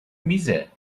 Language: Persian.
میزه